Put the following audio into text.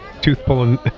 tooth-pulling